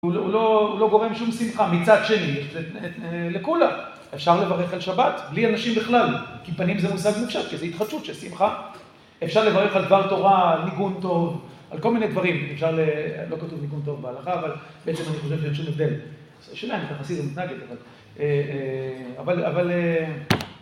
הוא לא גורם שום שמחה מצד שני לכולם. אפשר לברך על שבת בלי אנשים בכלל, כי פנים זה מושג מופשט, כי זו התחדשות של שמחה. אפשר לברך על דבר תורה, על ניגון טוב, על כל מיני דברים, אפשר ל... לא כתוב ניגון טוב בהלכה, אבל בעצם אני חושב שאין שום הבדל. אז שאלה, אני ככה עשיתי, אבל...